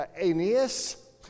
Aeneas